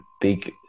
big